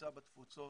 שנמצא בתפוצות,